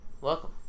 Welcome